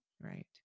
Right